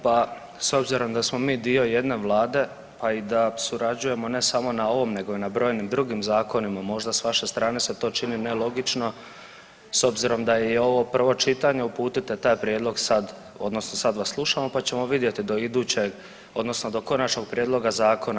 Pa s obzirom da smo mi dio jedne Vlade, a i da surađujemo ne samo na ovom nego i na brojnim drugim zakonima, možda s vaše strane se to čini nelogično s obzirom da je i ovo prvo čitanje, uputite taj prijedlog sad, odnosno sad vas slušamo pa ćemo vidjeti do idućeg, odnosno do konačnog prijedloga zakona.